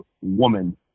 woman